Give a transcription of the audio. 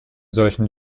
solchen